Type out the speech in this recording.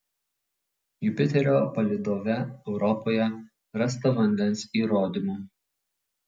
jupiterio palydove europoje rasta vandens įrodymų